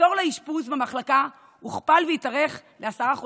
התור לאשפוז במחלקה הוכפל והתארך לעשרה חודשים.